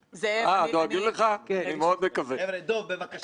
כולנו יודעים מי עמד בראש הפיקוח על הבנקים.